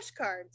flashcards